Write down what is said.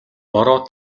бороо